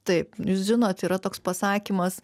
taip žinot yra toks pasakymas